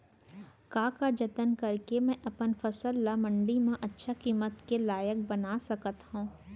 का का जतन करके मैं अपन फसल ला मण्डी मा अच्छा किम्मत के लाइक बना सकत हव?